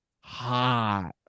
hot